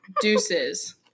Deuces